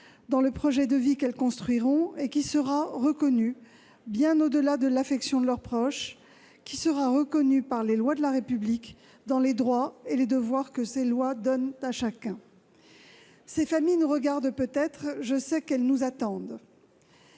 dont le projet de vie qu'elles construiront sera reconnu, bien au-delà de l'affection de leurs proches, par les lois de la République et au travers des droits et des devoirs que ces lois donnent à chacun. Ces familles nous regardent peut-être ; je sais qu'elles nous attendent.